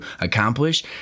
accomplish